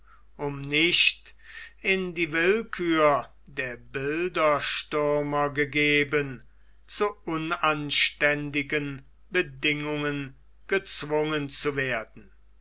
um nicht in die willkür der bilderstürmer gegeben zu unanständigen bedingungen gezwungen zu werden